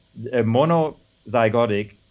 monozygotic